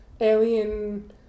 alien